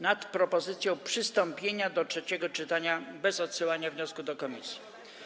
nad propozycją przystąpienia do trzeciego czytania bez odsyłania wniosku do komisji.